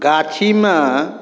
गाछीमे